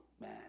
man